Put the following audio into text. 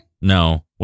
No